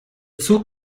zug